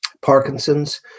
Parkinson's